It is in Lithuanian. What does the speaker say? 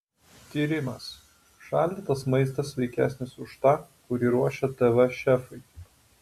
tyrimas šaldytas maistas sveikesnis už tą kurį ruošia tv šefai